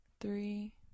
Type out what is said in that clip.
three